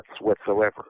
whatsoever